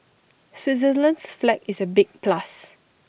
Switzerland's flag is A big plus